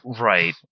Right